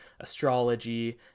astrology